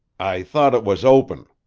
i thought it was open.